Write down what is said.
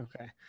Okay